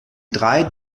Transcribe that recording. drei